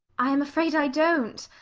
i am afraid i don't.